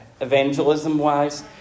evangelism-wise